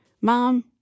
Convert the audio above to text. Mom